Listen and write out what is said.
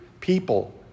people